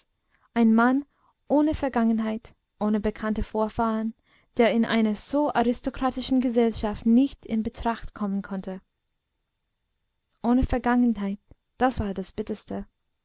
ein mann ohne vergangenheit ohne bekannte vorfahren der in einer so aristokratischen gesellschaft nicht in betracht kommen konnte ohne vergangenheit das war das bitterste